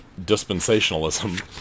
dispensationalism